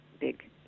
big